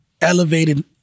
elevated